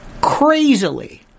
crazily